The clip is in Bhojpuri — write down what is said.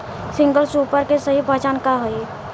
सिंगल सुपर के सही पहचान का हई?